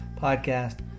podcast